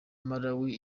malawi